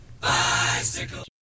bicycle